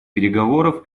переговоров